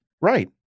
Right